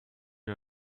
you